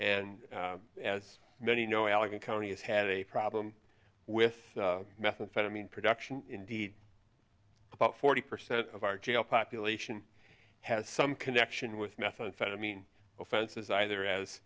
and as many know allegan county has had a problem with methamphetamine production indeed about forty percent of our jail population has some connection with methamphetamine offenses either as